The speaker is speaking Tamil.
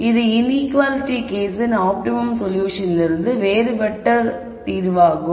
இது இன்ஈக்குவாலிட்டி கேஸின் ஆப்டிமம் சொல்யூஷனிலிருந்து வேறுபட்ட தீர்வாகும்